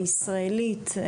הישראלית,